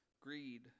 greed